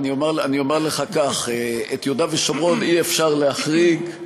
אני אומר לך כך: את יהודה ושומרון אי-אפשר להחריג,